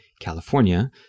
California